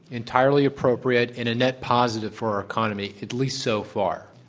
entirely appropriate and a net positive for our economy, at least so far,